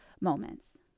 moments